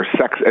sex